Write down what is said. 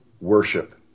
worship